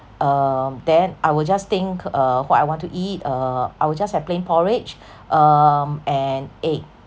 um then I will just think uh what I want to eat uh I will just have plain porridge um and egg